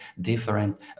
different